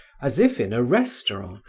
as if in a restaurant,